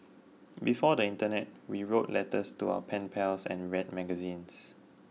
before the internet we wrote letters to our pen pals and read magazines